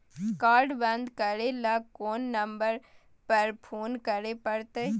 Card बन्द करे ल कोन नंबर पर फोन करे परतै?